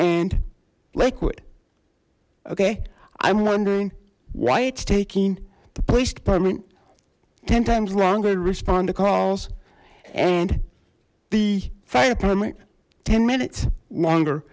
and lakewood okay i'm wondering why it's taking the police department ten times longer to respond to calls and the fire department ten minutes longer